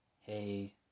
Hey